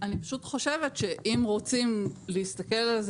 אני פשוט חושבת שאם רוצים להסתכל על זה